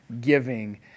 giving